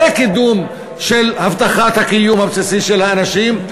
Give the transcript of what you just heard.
זה קידום של הבטחת הקיום הבסיסי של האנשים.